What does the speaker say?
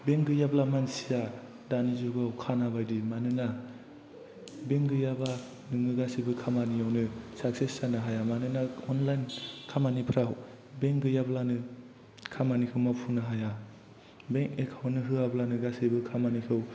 bank गैयाब्ला मानसिया दानि जुगाव खाना बायदि मानोना बेंक गैयाब्ला नोङो गासैबो खामानियावनो साक्सेस जानो हाया मानोना अनलाइन खामानिफोराव बेंक गैयाब्लानो खामानिखौ मावफुंनो हाया बेंक एकाउन्ट होआब्लानो गासैबो खामानिखौ